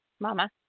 Mama